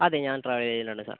അതെ ഞാൻ ട്രാവൽ ഏജന്റാണ് സർ